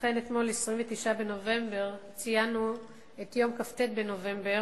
אכן אתמול, 29 בנובמבר, ציינו את יום כ"ט בנובמבר,